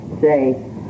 say